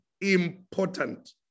important